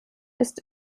ist